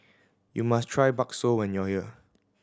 you must try bakso when you are here